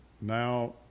now